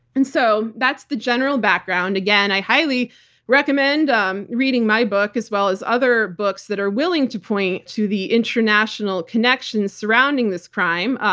and so that's the general background. again, i highly recommend um reading my book as well as other books that are willing to point to the international connections surrounding this crime.